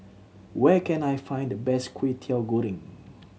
where can I find the best Kwetiau Goreng